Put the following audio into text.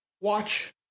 watch